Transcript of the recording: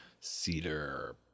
cedar